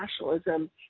nationalism